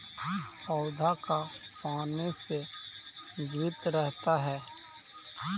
पौधा का पाने से जीवित रहता है?